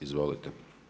Izvolite.